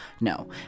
no